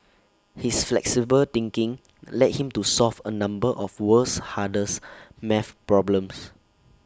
his flexible thinking led him to solve A number of world's hardest math problems